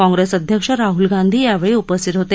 काँप्रेसअध्यक्ष राहुल गांधी यावेळी उपस्थित होते